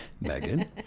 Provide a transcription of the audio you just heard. Megan